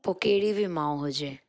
पोइ कहिड़ी बि माउ हुजे